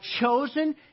chosen